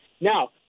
Now